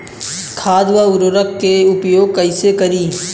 खाद व उर्वरक के उपयोग कईसे करी?